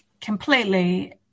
completely